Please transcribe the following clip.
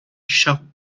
charroux